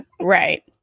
Right